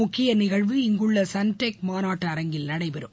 முக்கிய நிகழ்வு இங்குள்ள சன்டெக் மாநாட்டு அரங்கில் நடைபெறும்